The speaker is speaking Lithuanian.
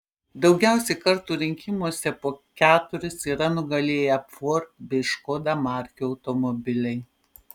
daugiausiai kartų rinkimuose po keturis yra nugalėję ford bei škoda markių automobiliai